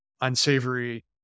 unsavory